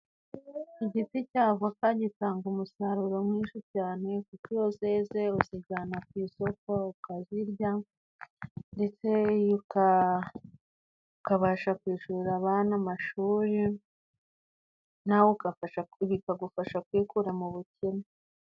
Igiti cy'avoka gitanga umusaruro mwinshi cyane! Kuko iyo zeze uzijyana ku isoko, ukazirya ,ndetse uka ukabasha kwishurira abana amashuri, nawe ugafasha bikagufasha kwikura mu bukene.